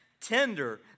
tender